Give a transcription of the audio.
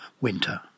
winter